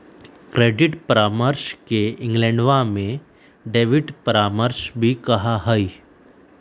credit परामर्श के इंग्लैंडवा में डेबिट परामर्श भी कहा हई